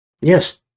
Yes